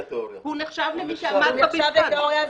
היועצת המשפטית, רשמת פרלמנטרית,